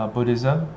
Buddhism